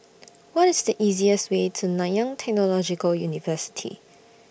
What IS The easiest Way to Nanyang Technological University